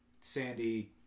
Sandy